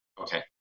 Okay